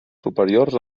superiors